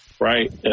right